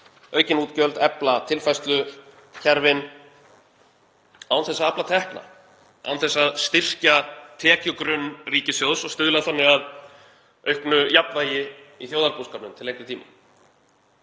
aukin útgjöld, efla tilfærslukerfin án þess að afla tekna, án þess að styrkja tekjugrunn ríkissjóðs og stuðla þannig að auknu jafnvægi í þjóðarbúskapnum til lengri tíma.